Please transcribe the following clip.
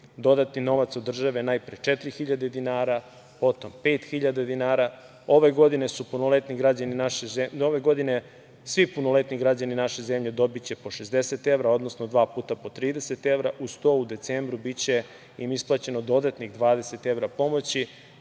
dodatni novac od države, najpre 4.000 dinara, potom 5.000 dinara. Ove godine će svi punoletni građani naše zemlje dobiti po 60 evra, odnosno dva puta po 30 evra, a uz to u decembru biće isplaćeno dodatnih 20 evra pomoći.